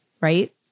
Right